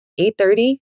8.30